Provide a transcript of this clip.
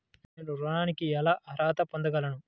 నేను ఋణానికి ఎలా అర్హత పొందగలను?